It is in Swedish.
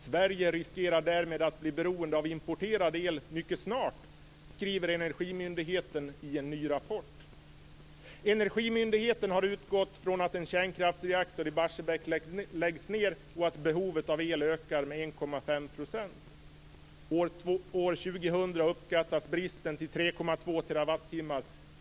Sverige riskerar därmed att bli beroende av importerad el mycket snart, skriver Energimyndigheten i en ny rapport. Energimyndigheten har utgått ifrån att en kärnkraftsreaktor i Barsebäck läggs ner och att behovet av el ökar med 1,5 procent -. År 2000 uppskattas bristen till 3,2 TWh.